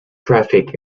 traffic